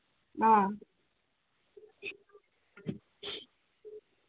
ꯑ